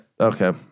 Okay